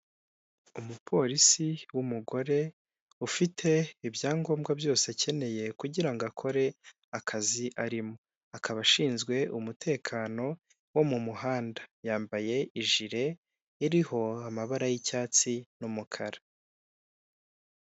Umupolisi w'umugore ufite ibyangombwa byose akeneye, kugirango akore akazi arimo, akaba ashinzwe umutekano wo mu muhanda, yambaye ijire iriho amabara y'icyatsi n'umukara.